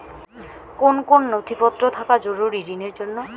কোন কোন নথিপত্র থাকা জরুরি ঋণের জন্য?